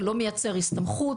זה לא מייצר הסתמכות,